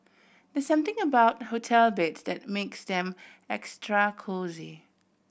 there's something about hotel beds that makes them extra cosy